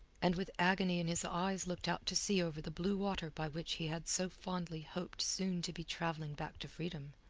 and with agony in his eyes looked out to sea over the blue water by which he had so fondly hoped soon to be travelling back to freedom.